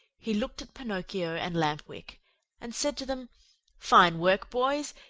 he looked at pinocchio and lamp-wick and said to them fine work, boys!